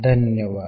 धन्यवाद